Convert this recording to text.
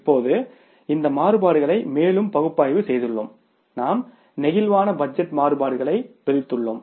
இப்போது இந்த மாறுபாடுகளை மேலும் பகுப்பாய்வு செய்துள்ளோம் நாம் பிளேக்சிபிள் பட்ஜெட் மாறுபாடுகளை பிரித்துள்ளோம்